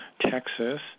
Texas